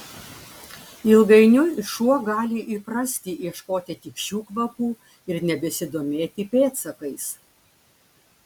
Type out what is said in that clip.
ilgainiui šuo gali įprasti ieškoti tik šių kvapų ir nebesidomėti pėdsakais